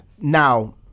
now